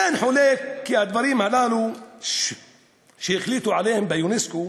אין חולק כי הדברים הללו שהחליטו עליהם באונסק"ו